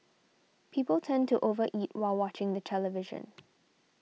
people tend to over eat while watching the television